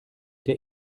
der